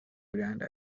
grand